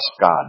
God